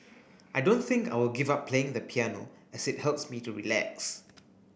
I don't think I will give up playing the piano as it helps me to relax